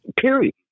period